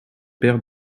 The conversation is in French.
père